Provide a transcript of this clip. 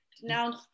denounce